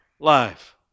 life